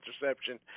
interception